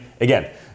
again